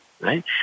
right